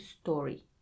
story